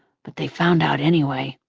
but they found out anyway.